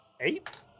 Eight